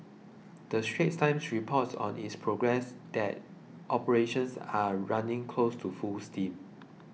the Straits Times reports on its progress now that operations are running close to full steam